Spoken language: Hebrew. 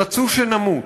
רצו שנמות.